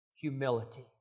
humility